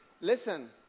listen